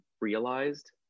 realized